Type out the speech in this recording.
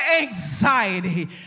anxiety